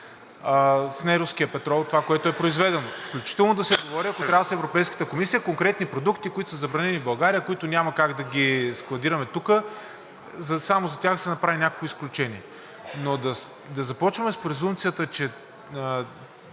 с неруския петрол, включително да говори, ако трябва, с Европейската комисия, конкретни продукти, които са забранени в България, които няма как да ги складираме тук, само за тях да се направи някакво изключение. Но да започваме с презумпцията, че